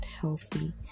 healthy